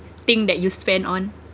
thing that you spend on